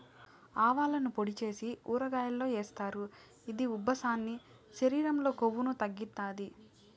ఆవాలను పొడి చేసి ఊరగాయల్లో ఏస్తారు, ఇది ఉబ్బసాన్ని, శరీరం లో కొవ్వును తగ్గిత్తాది